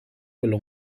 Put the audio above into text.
quello